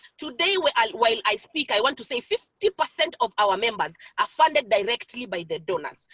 today while i while i speak i want to say fifty percent of our members are funded directly by their donors.